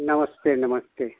नमस्ते नमस्ते